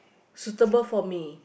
suitable for me